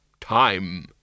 time